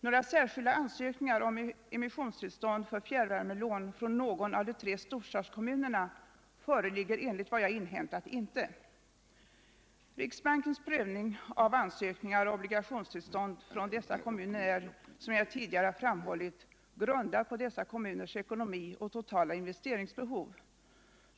Några särskilda ansökningar om emissionstillstånd för fjärrvärmelån från någon av de tre storstadskommunerna föreligger enligt vad jag har inhämtat inte. Riksbankens prövning av ansökningar om obligationstillstånd från dessa kommuner är, som jag tidigare har framhållit, grundad på kommunernas ekonomi och totala investeringsbehov.